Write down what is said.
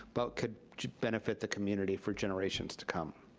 but could benefit the community for generations to come.